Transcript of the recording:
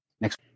Next